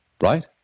right